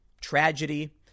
tragedy